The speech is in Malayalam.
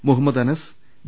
മുഹമ്മദ് അനസ് വി